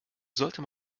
sollte